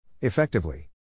Effectively